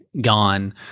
gone